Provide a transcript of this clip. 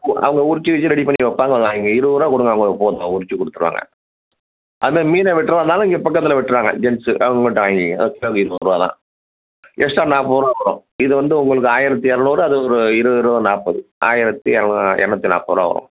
அவங்க உறிச்சு வச்சி ரெடி பண்ணி வப்பாங்க வந்து வாங்கிக்கங்க இருபதுருவா கொடுங்க அவங்களுக்கு போதும் அவங்க உறிச்சு கொடுத்துருவாங்க அதுமாதிரி மீன வெட்டுறதா இருந்தாலும் இங்கே பக்கத்தில் வெட்டுறாங்க ஜென்ஸு அவங்கிட்ட வாங்கிக்கிங்க தான் எக்ஸ்ரா நாற்பதுருவா வரும் இது வந்து உங்களுக்கு ஆயிரத்து இரநூறு அது ஒரு இருபது இருபது நாற்பது ஆயிரத்து இரநூ இரநூத்தி நாற்பதுருவா வரும்